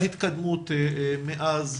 שהייתה התקדמות מאז,